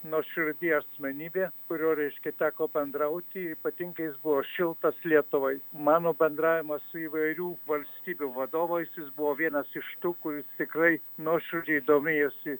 nuoširdi asmenybė kuriuo reiškia teko bendrauti ypatingai jis buvo šiltas lietuvai mano bendravimas su įvairių valstybių vadovais jis buvo vienas iš tų kur tikrai nuoširdžiai domėjosi